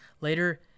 later